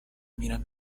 میرم